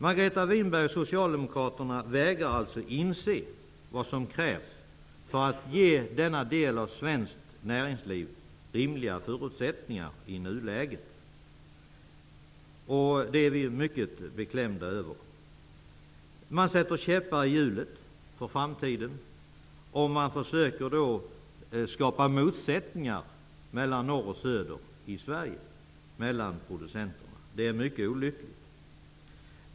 Margareta Winberg, socialdemokraterna, vägrar alltså att inse vad som krävs för att ge denna del av svenskt näringsliv rimliga förutsättningar i nuläget, och det är vi mycket beklämda över. Man sätter käppar i hjulet för framtiden, och man försöker skapa motsättningar mellan de svenska producenterna i norr och i söder. Det är mycket olyckligt.